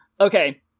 okay